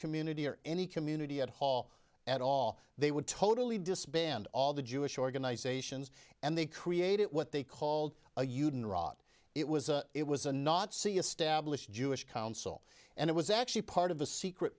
community or any community at hall at all they would totally disband all the jewish organizations and they create it what they called a youth in iraq it was it was a nazi established jewish council and it was actually part of a secret